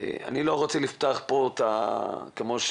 כל יום